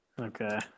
Okay